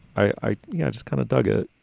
i just kind of dug it.